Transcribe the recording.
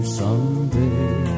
someday